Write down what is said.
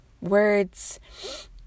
Words